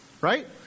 Right